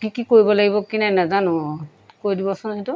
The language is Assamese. কি কি কৰিব লাগিব কি নাই নাজানো কৈ দিবচোন সেইটো